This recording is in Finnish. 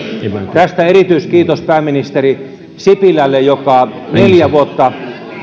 tästä erityiskiitos pääministeri sipilälle joka suurin piirtein neljä vuotta